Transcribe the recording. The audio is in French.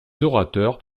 orateurs